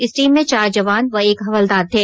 इस टीम में चार जवान व एक हवलदार थे